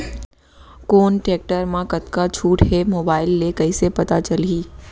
कोन टेकटर म कतका छूट हे, मोबाईल ले कइसे पता चलही?